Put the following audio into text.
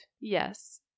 Yes